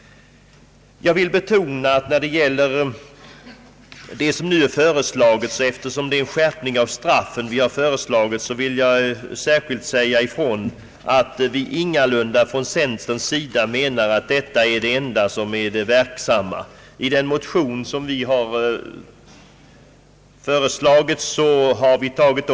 Då centerpartiet har föreslagit en skärpning av straffen, vill jag betona att vi ingalunda menar att en straffskärpning är det enda verksamma medlet i bekämpandet av narkotikamissbruket. I den motion som vi har väckt föreslås också andra åtgärder som vi anser vara av stor betydelse.